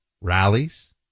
rallies